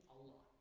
Allah